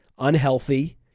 Unhealthy